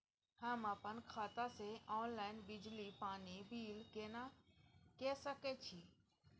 हम अपन खाता से ऑनलाइन बिजली पानी बिल केना के सकै छी?